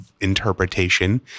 interpretation